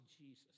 Jesus